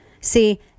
See